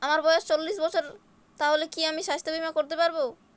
আমার বয়স চল্লিশ বছর তাহলে কি আমি সাস্থ্য বীমা করতে পারবো?